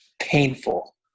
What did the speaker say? painful